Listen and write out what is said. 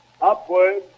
Upward